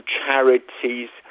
charities